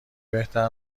بهتر